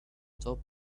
top